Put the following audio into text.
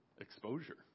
Exposure